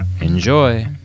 Enjoy